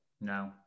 No